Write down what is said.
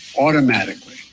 automatically